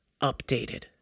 updated